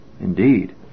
Indeed